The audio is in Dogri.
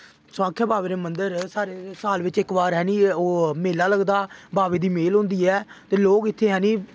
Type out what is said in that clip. सोआंखे बाबे दे मंदर साढ़ै साल दा इक बारा जानी ओह् मेला लगदा बाबे दी मेह्र होंदी ऐ ते लोग इत्थै